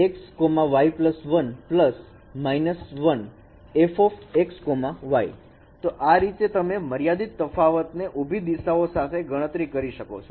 fx y 1 −1fx y તો આ રીતે તમે મર્યાદિત તફાવતને ઉભી દિશાઓ સાથે ગણતરી કરી શકો છો